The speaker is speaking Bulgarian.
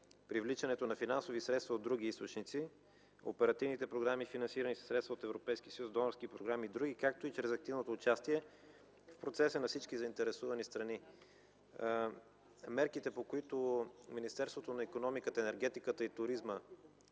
привличане на средства от други източници – от оперативните програми, финансиране със средства от Европейския съюз, донорски програми и други, както и чрез активното участие в процеса на всички заинтересовани страни. Мерките, по които Министерството на икономиката, енергетиката и туризма